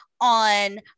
on